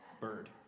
bird